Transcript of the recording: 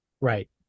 Right